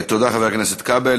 תודה, חבר הכנסת כבל.